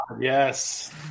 Yes